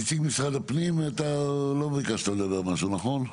נציג משרד הפנים, אתה לא ביקשת לומר משהו, נכון?